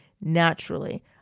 naturally